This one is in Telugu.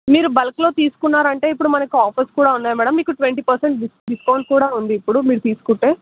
మీరు బల్క్లో తీసుకున్నారు అంటే ఇప్పుడు మనకు ఆఫర్స్ కూడా ఉన్నాయి మ్యాడమ్ మీకు ట్వంటి పర్సెంట్ డిస్ డిస్కౌంట్ కూడా ఉంది మ్యాడమ్ మీరు తీసుకుంటే